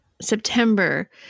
September